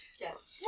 Yes